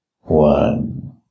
One